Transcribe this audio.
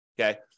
okay